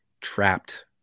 trapped